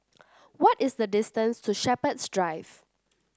what is the distance to Shepherds Drive